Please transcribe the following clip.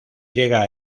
llega